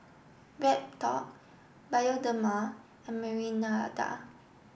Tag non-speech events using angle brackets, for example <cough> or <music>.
BreadTalk Bioderma and <unintelligible>